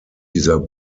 dieser